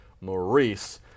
Maurice